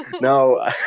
No